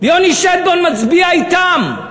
יוני שטבון מצביע אתם.